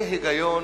זה היגיון,